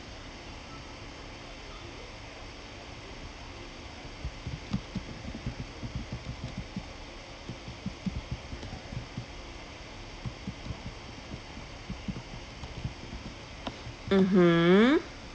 mmhmm